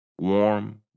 warm